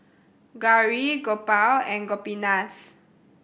Gauri Gopal and Gopinath